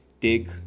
take